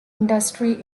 industry